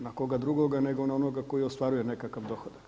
Na koga drugoga, nego na onoga koji ostvaruje nekakav dohodak.